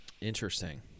Interesting